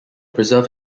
preserve